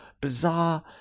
bizarre